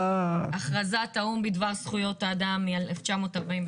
הכרזת האו"ם בדבר זכויות האדם מ-1948.